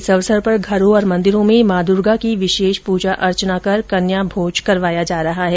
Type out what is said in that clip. इस अवसर पर घरों और मन्दिरों में माँ दुर्गा की विशेष पूजा अर्चना कर कन्या भोज करवाया जा रहा है